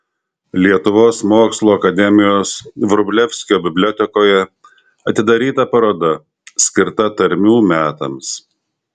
lietuvos mokslų akademijos vrublevskio bibliotekoje atidaryta paroda skirta tarmių metams